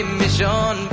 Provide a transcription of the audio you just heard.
mission